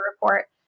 report